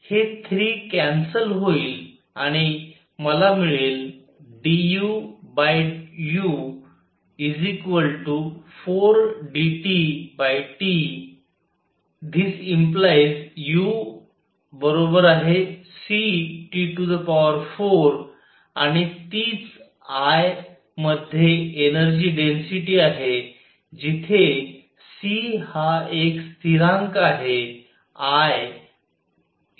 हे 3 कॅन्सल होईल आणि मला मिळेल duu4dTT⇒u cT4 आणि तीच I मध्ये एनर्जी डेन्सिटी आहे जिथे c हा एक स्थिरांक आहे I cu4